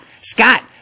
Scott